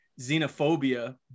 xenophobia